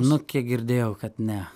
nu kiek girdėjau kad ne